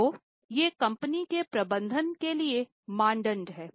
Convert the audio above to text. तो ये कंपनी के प्रबंधन के लिए मानदंड हैं